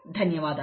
ధన్యవాదాలు